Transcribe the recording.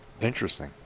interesting